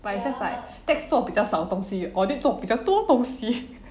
but it's just like tax 做比较少东西 audit 做比较多东西